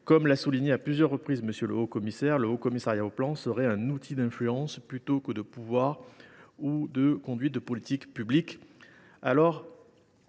Comme l’a souligné à plusieurs reprises M. le haut commissaire, le Haut Commissariat au plan et à la prospective serait un « outil d’influence » plutôt que de pouvoir ou de conduite de politiques publiques.